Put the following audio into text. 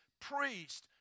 priest